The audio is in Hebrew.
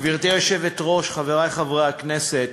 גברתי היושבת-ראש, חברי חברי הכנסת,